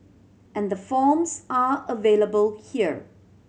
and the forms are available here